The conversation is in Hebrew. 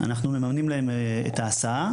אנחנו מממנים להם את ההסעה,